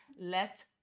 Let